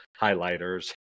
highlighters